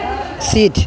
sweet